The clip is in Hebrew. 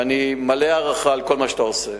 ואני מלא הערכה לכל מה שאתה עושה.